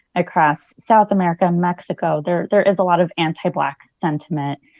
across south america and mexico, there there is a lot of anti-black sentiment.